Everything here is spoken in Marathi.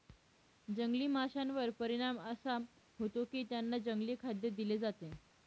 जंगली माशांवर परिणाम असा होतो की त्यांना जंगली खाद्य दिले जाते